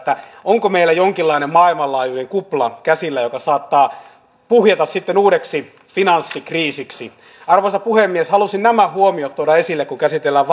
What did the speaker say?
onko meillä jonkinlainen maailmanlaajuinen kupla käsillä joka saattaa puhjeta sitten uudeksi finanssikriisiksi arvoisa puhemies halusin nämä huomiot tuoda esille kun käsitellään